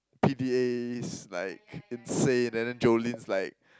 P_D_As like insane and then Jolene's like